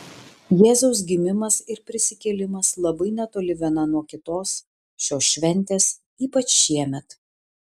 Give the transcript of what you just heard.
jėzaus gimimas ir prisikėlimas labai netoli viena nuo kitos šios šventės ypač šiemet